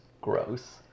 gross